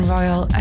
Royal